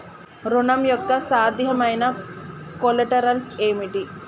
ఋణం యొక్క సాధ్యమైన కొలేటరల్స్ ఏమిటి?